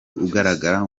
ugaragara